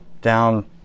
down